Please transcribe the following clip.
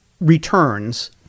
returns